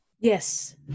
Yes